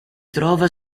trova